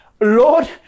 Lord